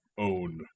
own